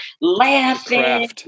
laughing